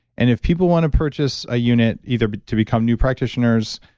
and if people want to purchase a unit, either but to become new practitioners,